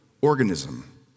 organism